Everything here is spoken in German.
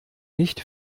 nicht